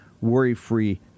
worry-free